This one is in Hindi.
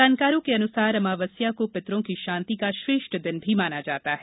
जानकारों के अनुसार अमावस्या को पितरों की शांति का श्रेष्ठ दिन भी माना जाता है